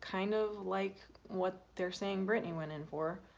kind of like what they're saying britney went in for.